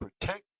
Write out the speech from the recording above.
protect